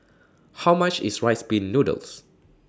How much IS Rice Pin Noodles